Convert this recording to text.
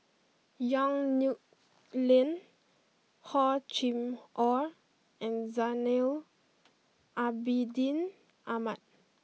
Yong Nyuk Lin Hor Chim or and Zainal Abidin Ahmad